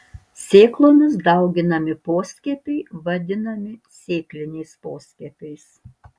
sėklomis dauginami poskiepiai vadinami sėkliniais poskiepiais